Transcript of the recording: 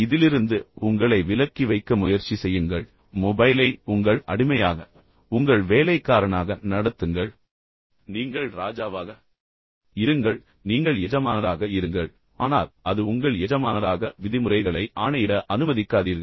எனவே இதிலிருந்து உங்களை விலக்கி வைக்க முயற்சி செய்யுங்கள் மொபைலை உங்கள் அடிமையாக உங்கள் வேலைக்காரனாக நடத்துங்கள் நீங்கள் ராஜாவாக இருங்கள் நீங்கள் எஜமானராக இருங்கள் ஆனால் அது உங்கள் எஜமானராக விதிமுறைகளை ஆணையிட அனுமதிக்காதீர்கள்